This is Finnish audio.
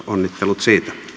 onnittelut siitä